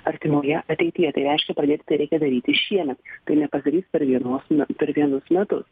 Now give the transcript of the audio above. artimoje ateityje tai reiškia pradėti tai reikia daryti šiemet tai nepadarys per vienos per vienus metus